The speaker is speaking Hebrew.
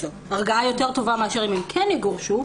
זאת הרגעה יותר טובה מאשר הן כן יגורשו,